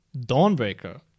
Dawnbreaker